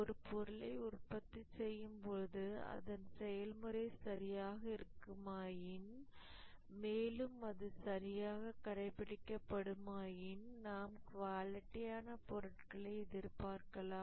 ஒரு பொருளை உற்பத்தி செய்யும் போது அதன் செயல்முறை சரியாக இருக்குமாயின் மேலும் அது சரியாக கடைபிடிக்கப்படுமாயின் நாம் குவாலிட்டியான பொருட்களை எதிர்பார்க்கலாம்